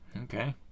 Okay